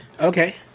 Okay